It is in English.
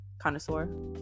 Connoisseur